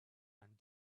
and